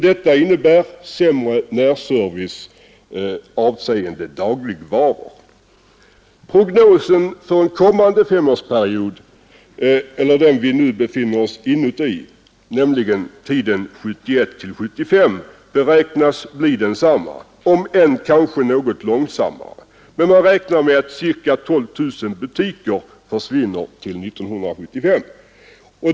Detta innebär sämre närservice avseende dagligvaror. Enligt prognosen för den femårsperiod som vi nu befinner oss i, 1971—1975, beräknas utvecklingen bli densamma även om den kommer att gå något långsammare. Man räknar med att ca 12000 butiker försvinner till 1975.